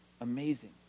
amazing